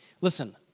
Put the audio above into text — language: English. Listen